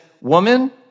woman